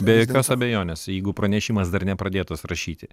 be jokios abejonės jeigu pranešimas dar nepradėtas rašyti